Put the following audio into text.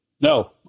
No